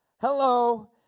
Hello